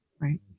Right